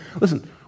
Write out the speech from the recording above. listen